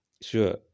sure